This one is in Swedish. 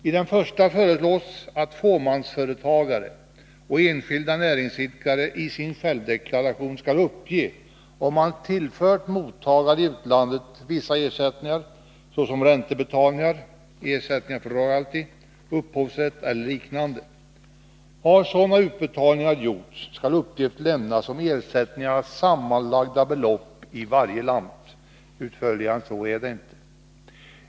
I det första avsnittet föreslås att fåmansföretagare och enskilda näringsidkare i sin självdeklaration skall uppge om de tillfört mottagare i utlandet vissa ersättningar — räntebetalningar, ersättningar för royalty, upphovsrätt eller liknande. Har sådana utbetalningar gjorts skall uppgift lämnas om ersättningarnas sammanlagda belopp i varje land. Utförligare än så behöver det inte vara.